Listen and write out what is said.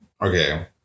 Okay